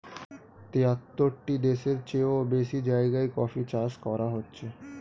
তিয়াত্তরটি দেশের চেও বেশি জায়গায় কফি চাষ করা হচ্ছে